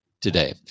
today